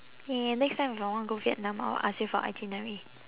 ya next time if I wanna go vietnam I will ask you for itinerary